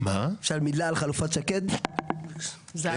מה זה